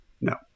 No